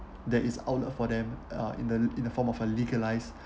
there is outlet for them uh in the in the form of a legalised